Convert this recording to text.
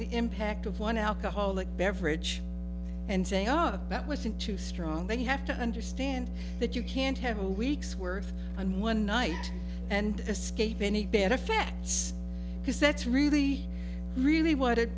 the impact of one alcoholic beverage and say ah that wasn't too strong then you have to understand that you can't have a week's worth and one night and escape any benefits because that's really really what it